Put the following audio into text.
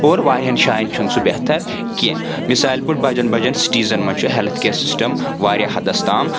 اور واریاہَن جایَن چھُنہٕ سُہ بہتر کینٛہہ مِثال پوٚن بَجَن بَجَن سِٹیٖزَن منٛز چھُ ہِیٚلٕتھ کِیَر سِسٹم واریاہ حدَس تام